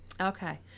Okay